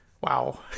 wow